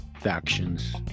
factions